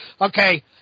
Okay